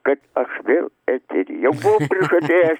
kad aš vėl eteryje jau buvau prižadėjęs